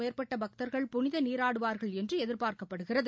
மேற்பட்ட பக்தர்கள் புனித நீராடுவார்கள் என்று எதிர்பார்க்கப்படுகிறது